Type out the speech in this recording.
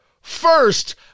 First